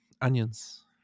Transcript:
onions